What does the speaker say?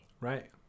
Right